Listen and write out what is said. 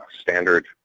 standard